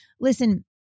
Listen